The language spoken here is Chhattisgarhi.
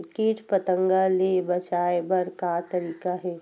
कीट पंतगा ले बचाय बर का तरीका हे?